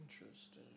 interesting